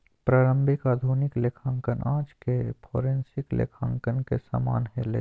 प्रारंभिक आधुनिक लेखांकन आज के फोरेंसिक लेखांकन के समान हलय